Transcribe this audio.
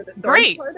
great